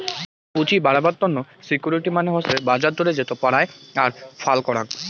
পুঁজি বাড়াবার তন্ন সিকিউরিটি মানে হসে বাজার দরে যেটো পারায় আর ফাল করাং